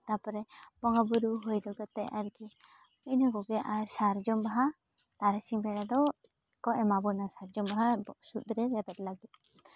ᱛᱟᱨᱯᱚᱨᱮ ᱵᱚᱸᱜᱟᱼᱵᱩᱨᱩ ᱦᱩᱭ ᱠᱟᱛᱮᱜ ᱟᱨᱠᱤ ᱤᱱᱟᱹ ᱠᱚᱜᱮ ᱟᱨ ᱥᱟᱨᱡᱚᱢ ᱵᱟᱦᱟ ᱛᱟᱨᱟᱥᱤᱧ ᱵᱮᱲᱟ ᱫᱚᱠᱚ ᱮᱢᱟ ᱵᱚᱱᱟ ᱥᱟᱨᱡᱚᱢ ᱵᱟᱦᱟ ᱵᱚᱦᱚᱜ ᱥᱩᱫᱽᱨᱮ ᱨᱮᱵᱮᱫ ᱞᱟᱹᱜᱤᱫ